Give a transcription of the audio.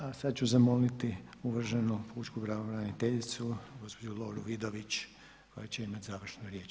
A sad ću zamoliti uvaženu pučku pravobraniteljicu, gospođu Loru Vidović koja će imati završnu riječ.